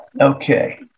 okay